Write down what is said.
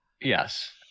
yes